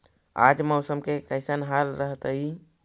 आज मौसम के कैसन हाल रहतइ?